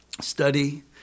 study